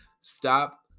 Stop